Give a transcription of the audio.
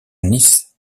nice